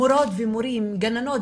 מורות ומורים גננות,